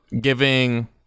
giving